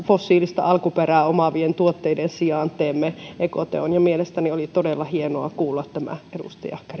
fossiilista alkuperää omaavien tuotteiden sijaan teemme ekoteon mielestäni oli todella hienoa kuulla tämä edustaja